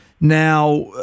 Now